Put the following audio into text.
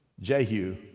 Jehu